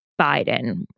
Biden